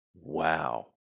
Wow